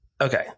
okay